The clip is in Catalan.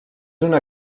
una